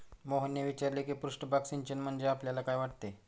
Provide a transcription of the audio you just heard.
मोहनने विचारले की पृष्ठभाग सिंचन म्हणजे आपल्याला काय वाटते?